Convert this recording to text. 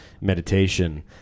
meditation